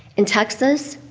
in texas,